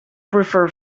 prefer